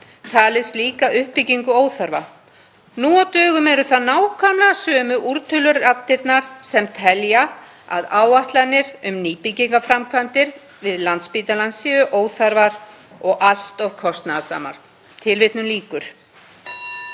talið slíka uppbyggingu óþarfa. Nú á dögum eru það nákvæmlega sömu úrtöluraddirnar, sem telja áætlanir um nýbyggingarframkvæmdir við Landspítalann óþarfar og allt of kostnaðarsamar.“ Virðulegi